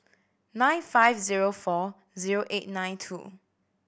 nine five zero four zero eight nine two